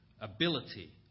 ability